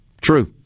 True